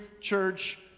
church